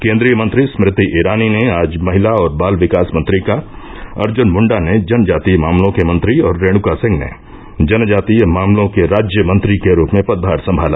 केन्द्रीय मंत्री स्मृति ईरानी ने आज महिला और बाल विकास मंत्री का अर्जुन मुंडा ने जनजातीय मामलों के मंत्री और रेणुका सिंह ने जनजातीय मामलों के राज्यमंत्री के रूप में पदभार संभाला